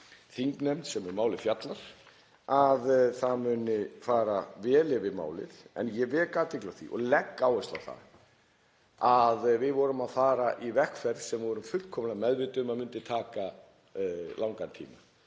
þingnefnd sem um málið fjallar muni fara vel yfir málið. En ég vek athygli á því og legg áherslu á það að við vorum að fara í vegferð sem við vorum fullkomlega meðvituð um að myndi taka langan tíma.